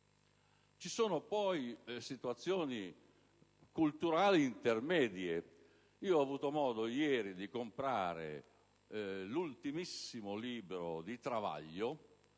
Vi sono poi situazioni culturali intermedie. Ieri ho avuto modo di comprare l'ultimissimo libro di Travaglio,